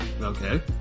Okay